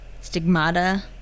Stigmata